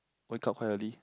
wake up quite early